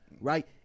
right